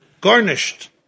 garnished